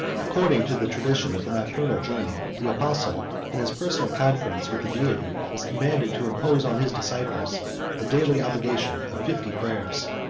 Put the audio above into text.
according to the tradition of the nocturnal journey, the apostle, in his personal conference with the deity, was commanded to impose on his disciples the daily obligation of fifty prayers.